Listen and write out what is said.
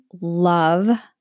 love